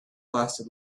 lasted